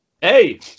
Hey